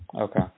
Okay